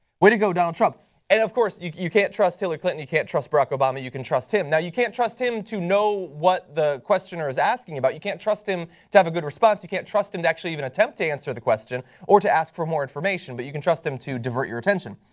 way to go donald trump and of course you can't trust hillary clinton you can't trust barack obama, you can trust him. you can't trust him to know what the questioner is asking about. you can't trust him to have a good response. you can't trust him to actually even attempt to answer the question or to ask for more information. but you can trust him to divert your attention.